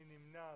מי נמנע?